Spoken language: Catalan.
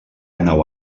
nau